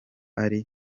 ari